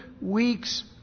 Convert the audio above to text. weeks